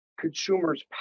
consumers